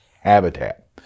habitat